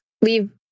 Leave